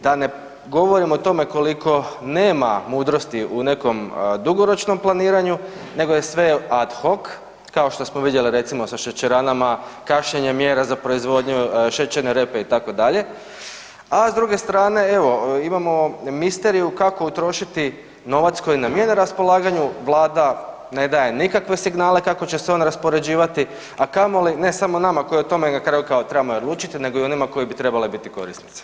Da ne govorim o tome koliko nema mudrosti u nekom dugoročnom planiranju nego je sve ad hoc, kao što smo vidjeli recimo sa šećeranama, kašnjenje mjera za proizvodnju šećerne repe itd., a s druge strane evo imamo misteriju kako utrošiti novac koji nam je na raspolaganju, vlada ne daje nikakve signale kako će se on raspoređivati, a kamoli ne samo nama koji o tome na kraju kao trebamo odlučiti nego i onima koji bi trebali biti korisnici.